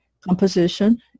composition